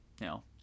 No